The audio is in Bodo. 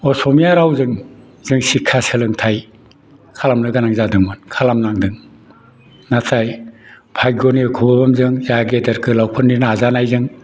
असमिया रावजों जों सिक्षा सोलोंथाइ खालामनो गोनां जादोंमोन खालामनांदों नाथाय भाग्यनि गुनजों जोंहा गेदेरफोरनि नाजानायजों